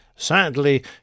Sadly